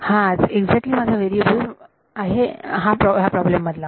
हाच एक्झॅक्टली माझा व्हेरिएबल म्हणजे चल आहे ह्या प्रॉब्लेम मधला